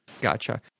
Gotcha